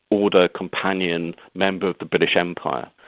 order, companion, member of the british empire.